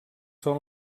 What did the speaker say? són